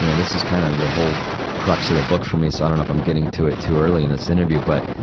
you know this is kind of the whole crux of the book for me, so i don't know if i'm getting to it too early in this interview. but,